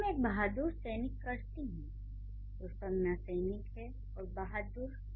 जब मैं 'एक बहादुर सैनिक' कहती हूँ तो संज्ञा 'सैनिक' है और 'बहादुर'